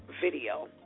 video